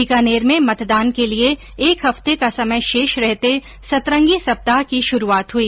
बीकानेर में मतदान के लिए एक हफ्ते का समय शेष रहते सतरंगी सप्ताह की शुरूआत हुई